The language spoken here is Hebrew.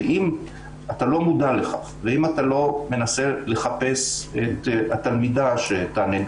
אם אתה לא מודע לכך ואם אתה לא מנסה לחפש את התלמידה שתענה,